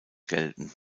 gelten